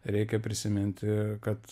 reikia prisiminti kad